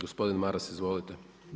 Gospodin Maras, izvolite.